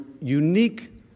unique